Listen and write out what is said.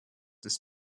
this